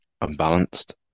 unbalanced